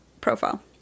profile